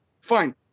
fine